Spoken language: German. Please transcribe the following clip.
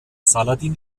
saladin